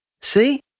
See